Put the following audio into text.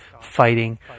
fighting